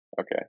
okay